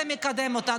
זה מקדם אותנו.